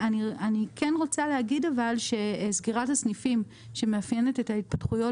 אבל אני כן רוצה להגיד שסגירת הסניפים שמאפיינת את ההתפתחויות